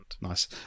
nice